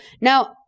Now